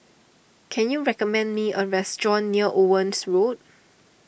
can you recommend me a restaurant near Owen Road